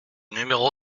numéro